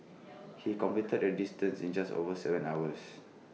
he completed the distance in just over Seven hours